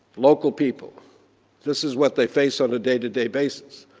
local people this is what they face on a day-to-day basis.